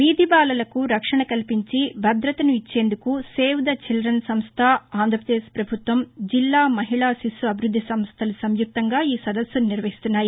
వీధి బాలలకు రక్షణ కల్పించి భదతను ఇచ్చేందుకు సేవ్ద చిల్లన్ సంస్ల ఆంధ్ర పదేశ్ పభుత్వం జిల్లా మహిళా శిశు అభివృద్ది సంస్థలు సంయుక్తంగా ఈ సదస్సును నిర్వహిస్తున్నాయి